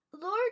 Lord